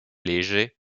léger